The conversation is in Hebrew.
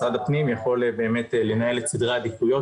משרד הפנים יכול באמת לנהל את סדרי העדיפויות